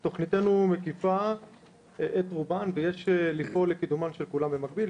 תוכניתנו מקיפה את רובן ויש לפעול לקידומן במקביל,